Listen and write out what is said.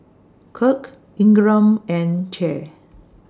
Kirk Ingram and Che